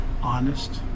honest